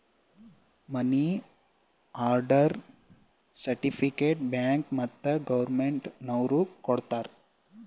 ಮನಿ order certificate bank ಮತ್ತ್ government ನವ್ರು ಕೊಡ್ತಾರ